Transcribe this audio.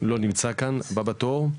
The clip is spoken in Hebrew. לא נמצא כאן, הבא בתור,